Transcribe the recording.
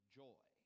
joy